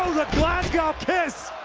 glasgow kiss.